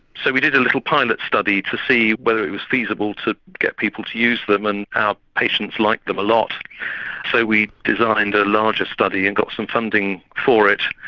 so we did a little pilot study to see whether it was feasible to get people to use them and our patients liked them a lot so we designed a larger study and got some funding for it.